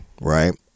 right